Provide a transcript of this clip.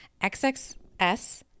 XXS